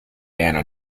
anna